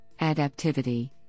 adaptivity